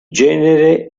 genere